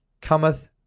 cometh